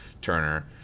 Turner